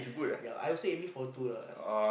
ya I also aiming for two lah